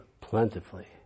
plentifully